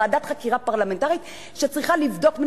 ועדת חקירה פרלמנטרית צריכה לבדוק מי